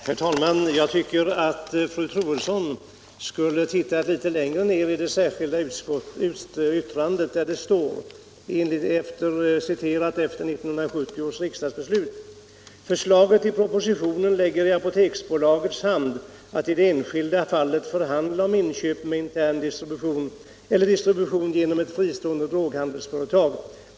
Herr talman! Jag tycker att fru Troedsson skulle ha tittat litet längre ned i det särskilda yttrandet, där det står, citerat ur statsutskottets utlåtande i samband med 1970 års riksdagsbeslut: ”Förslaget i propositionen lägger i apoteksbolagets hand att i det enskilda fallet förhandla om inköp med intern distribution eller med distribution genom ett fristående droghandelsföretag.